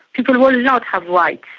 people will not have like